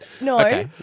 No